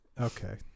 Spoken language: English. Okay